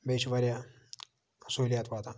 بیٚیہِ چھِ واریاہ سہولیات واتان